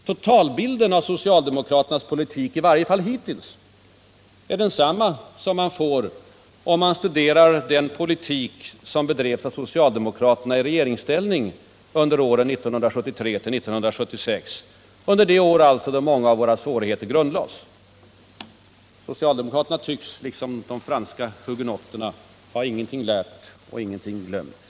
Totalbilden av socialdemokraternas politik, i varje fall hittills, är densamma som man får om man studerar den ekonomiska politik som bedrevs av socialdemokraterna i regeringsställning under åren 1973-1976, under de år då många av våra svårigheter grundlades. Socialdemokraterna tycks som de franska hugenotterna ha ingenting lärt och ingenting glömt.